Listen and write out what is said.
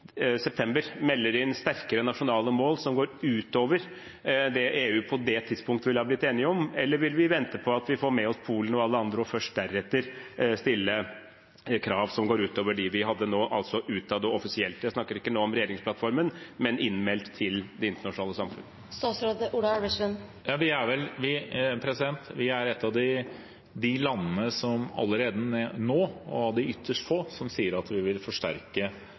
september melder inn sterkere nasjonale mål, som går utover det EU på det tidspunktet ville ha blitt enig om, eller vil vi vente på at vi får med oss Polen og alle andre og først deretter stille krav som går utover dem vi hadde nå, altså utad og offisielt? Jeg snakker ikke nå om regjeringsplattformen, men det som blir innmeldt til det internasjonale samfunnet. Vi er et av ytterst få land som allerede nå sier at vi vil forsterke våre mål og det vi skal melde inn i januar 2020. Hvor konkret vi